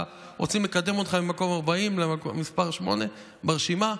רוצים לקדם אותך ממקום 40 למספר שמונה ברשימה.